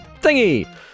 thingy